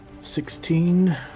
Sixteen